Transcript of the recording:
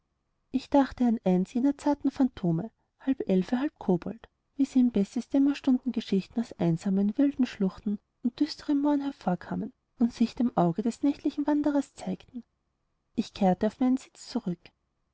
ich dachte an eins jener zarten phantome halb elfe halb kobold wie sie in bessies dämmerstunden geschichten aus einsamen wilden schluchten und düsteren mooren hervorkamen und sich dem auge des nächtlichen wanderers zeigten ich kehrte auf meinen sitz zurück